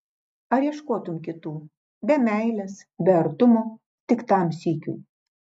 ar ieškotum kitų be meilės be artumo tik tam sykiui